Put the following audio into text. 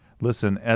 Listen